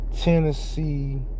Tennessee